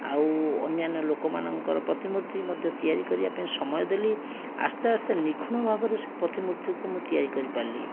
ଆଉ ଅନ୍ୟାନ୍ୟ ଲୋକମାନଙ୍କର ପ୍ରତିମୂର୍ତ୍ତି ମଧ୍ୟ ତିଆରି କରିବା ପାଇଁ ସମୟ ଦେଲି ଆସ୍ତେ ଆସ୍ତେ ନିଖୁଣ ଭାବରେ ସେ ପ୍ରତିମୂର୍ତ୍ତିକୁ ମୁଁ ତିଆରି କରିପାରିଲି